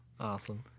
awesome